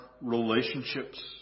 relationships